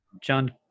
John